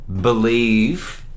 believe